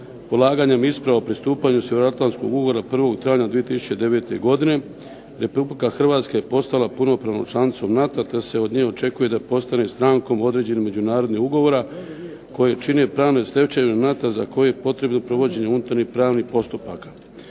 Polaganjem isprava o pristupanju Sjevernoatlantskog ugovora 1. travnja 2009. godine Republika Hrvatske je postala punopravnom članicom NATO-a te se od nje očekuje da postane strankom određenih međunarodnih ugovora koje čine pravne stečevine NATO-a za koje je potrebno provođenje unutarnjih pravnih postupaka.